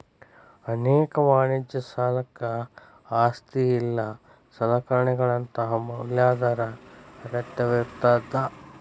ಅನೇಕ ವಾಣಿಜ್ಯ ಸಾಲಕ್ಕ ಆಸ್ತಿ ಇಲ್ಲಾ ಸಲಕರಣೆಗಳಂತಾ ಮ್ಯಾಲಾಧಾರ ಅಗತ್ಯವಿರ್ತದ